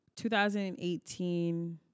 2018